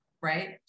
Right